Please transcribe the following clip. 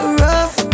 rough